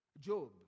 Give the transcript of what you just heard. Job